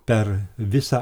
per visą